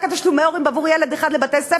רק תשלומי הורים בעבור ילד אחד לבתי-ספר,